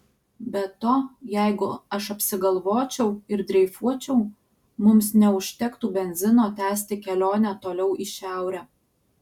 be to jeigu aš apsigalvočiau ir dreifuočiau mums neužtektų benzino tęsti kelionę toliau į šiaurę